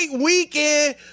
weekend